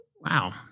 wow